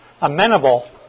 amenable